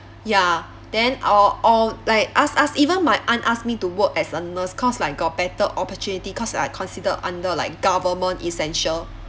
ya then or or like us us even my aunt asked me to work as a nurse cause like got better opportunity cause like considered under like government essential